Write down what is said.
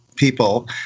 people